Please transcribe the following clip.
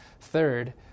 Third